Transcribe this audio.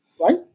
Right